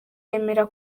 yemera